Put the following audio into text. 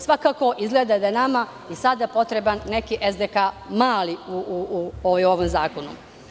Svakako, izgleda daje nama i sada potreban neki SDK, mali, u ovom zakonu.